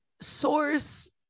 source